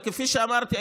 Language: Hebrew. וכפי שאמרתי,